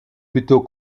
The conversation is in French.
plutôt